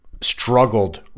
struggled